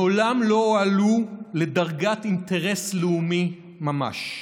מעולם לא הועלו לדרגת אינטרס לאומי ממש,